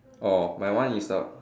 orh my one is a